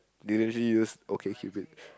they actually use OkCupid